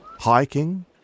Hiking